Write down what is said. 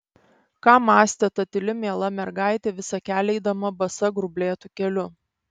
ką mąstė ta tyli miela mergaitė visą kelią eidama basa grublėtu keliu